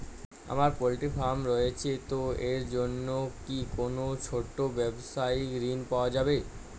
আমার poultry farm রয়েছে তো এর জন্য কি কোনো ছোটো ব্যাবসায়িক ঋণ পাওয়া যাবে?